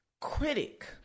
critic